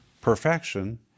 perfection